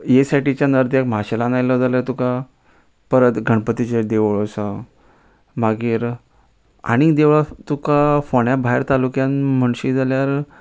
येसायटीच्या नर्द्याक माशेंलान आयलो जाल्यार तुका परत गणपतीचे देवूळ आसा मागीर आनीक देवळां तुका फोण्या भायर तालुक्यान म्हणशी जाल्यार